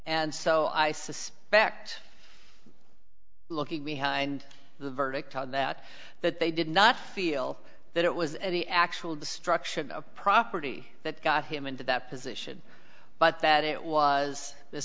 and so i suspect looking behind the verdict that that they did not feel that it was any actual destruction of property that got him into that position but that it was the